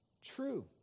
true